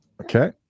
okay